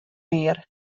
mear